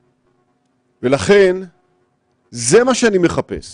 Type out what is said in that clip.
הרשמות מנויים וכן הלאה ואז מיד יצאנו